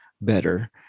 better